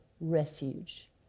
refuge